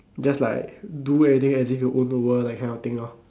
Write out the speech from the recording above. just like do everything as if you own the world that kind of thing lor